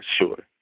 Sure